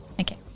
Okay